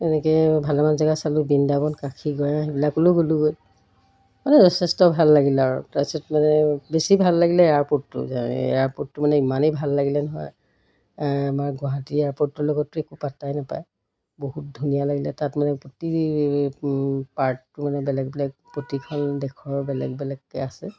এনেকৈ ভালেমান জেগা চালোঁ বৃন্দাবন কাশী গয়া সেইবিলাকলৈ গ'লোঁগৈ মানে যথেষ্ট ভাল লাগিলে আৰু তাৰপিছত মানে বেছি ভাল লাগিলে এয়াৰপৰ্টটো এয়াৰপৰ্টটো মানে ইমানেই ভাল লাগিলে নহয় আমাৰ গুৱাহাটী এয়াৰপৰ্টটোৰ লগততো একো পাত্তাই নাপায় বহুত ধুনীয়া লাগিলে তাত মানে প্ৰতি পাৰ্টটো মানে বেলেগ বেলেগ প্ৰতিখন দেশৰ বেলেগ বেলেগকৈ আছে